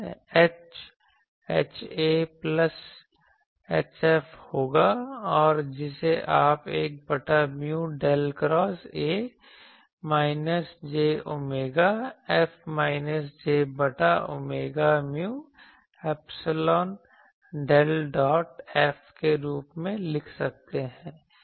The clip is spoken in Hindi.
H HA प्लस HF होगा और जिसे आप 1 बटा mu del cross A minus j omega F minus j बटा omega mu epsilon del dot F के रूप में लिख सकते हैं